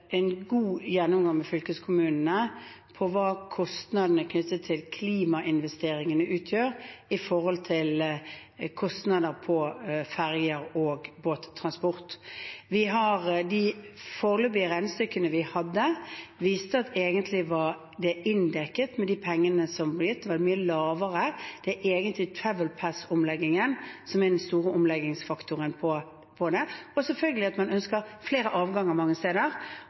en god gjennomgang med fylkeskommunene av hva kostnadene knyttet til klimainvesteringene utgjør, med tanke på kostnadene ved ferje- og båttransport. De foreløpige regnestykkene vi hadde, viste at det egentlig var inndekket med de pengene som ble gitt. Det var mye lavere. Det er egentlig Travel Pass-omleggingen som er den store omleggingsfaktoren her, men selvfølgelig også at man ønsker flere avganger mange steder.